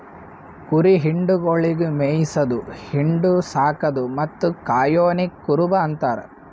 ಕುರಿ ಹಿಂಡುಗೊಳಿಗ್ ಮೇಯಿಸದು, ಹಿಂಡು, ಸಾಕದು ಮತ್ತ್ ಕಾಯೋನಿಗ್ ಕುರುಬ ಅಂತಾರ